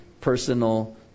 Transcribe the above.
personal